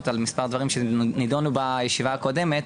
על מספר דברים שנידונו בישיבה הקודמת,